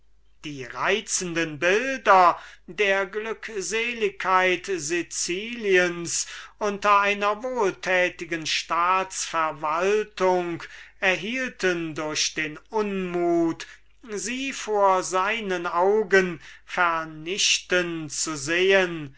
die reizenden bilder welche er sich von der glückseligkeit siciliens unter seiner verwaltung gemacht hatte erhielten durch den unmut sie vor seinen augen vernichten zu sehen